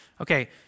Okay